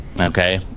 okay